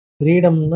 freedom